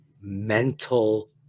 mental